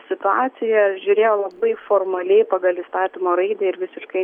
situacijoje žiūrėjo labai formaliai pagal įstatymo raidę ir visiškai